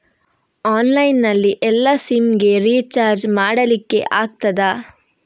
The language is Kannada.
ಆನ್ಲೈನ್ ನಲ್ಲಿ ಎಲ್ಲಾ ಸಿಮ್ ಗೆ ರಿಚಾರ್ಜ್ ಮಾಡಲಿಕ್ಕೆ ಆಗ್ತದಾ?